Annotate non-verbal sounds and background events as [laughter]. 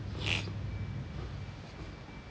[breath]